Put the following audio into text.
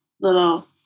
little